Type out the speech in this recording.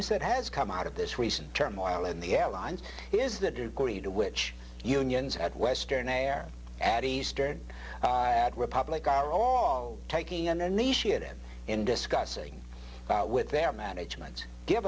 you said has come out of this recent turmoil in the airlines is the degree to which unions at western air at eastern republic are all taking an initiative in discussing with their management give